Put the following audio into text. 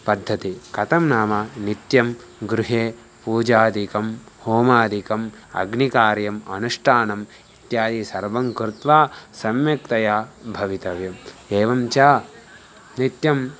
पद्धतिः कथं नाम नित्यं गृहे पूजादिकं होमादिकम् अग्निकार्यम् अनुष्ठानम् इत्यादिकं सर्वं कृत्वा सम्यक्तया भवितव्यम् एवं च नित्यं